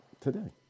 Today